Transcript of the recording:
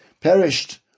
perished